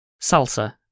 Salsa